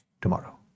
tomorrow